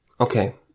Okay